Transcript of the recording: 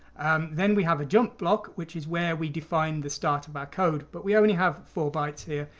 then we have a jump block which is where we define the start of our code but we only have four bytes here.